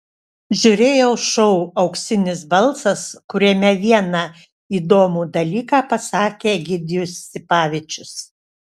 žiūrėjau šou auksinis balsas kuriame vieną įdomų dalyką pasakė egidijus sipavičius